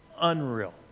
unreal